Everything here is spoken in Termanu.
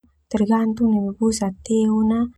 Tergantung neme busa teu na.